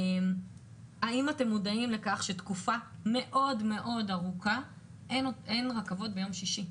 האם אתם מודעים לכך שתקופה מאוד ארוכה אין רכבות ביום שישי?